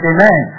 Amen